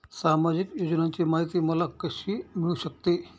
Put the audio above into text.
सामाजिक योजनांची माहिती मला कशी मिळू शकते?